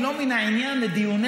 היא לא מן העניין לדיוננו,